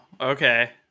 Okay